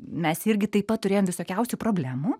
mes irgi taip pat turėjom visokiausių problemų